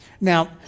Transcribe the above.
Now